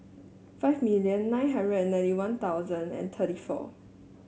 five million nine hundred and ninety One Thousand and thirty four